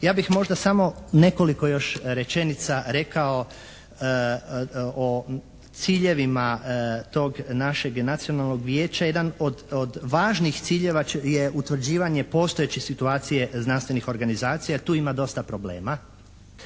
Ja bih možda samo nekoliko još rečenica rekao o ciljevima tog našeg nacionalnog vijeća. Jedan od važnih ciljeva je utvrđivanje postojeće situacije znanstvenih organizacija, tu ima dosta problema.